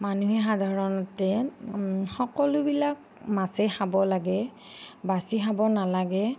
মানুহে সাধাৰণতে সকলোবিলাক মাছেই খাব লাগে বাাচি খাব নালাগে